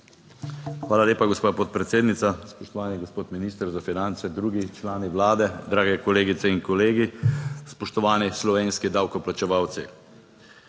Hvala lepa, gospa podpredsednica. Spoštovani gospod minister za finance, drugi člani vlade, drage kolegice in kolegi. Spoštovani slovenski davkoplačevalci.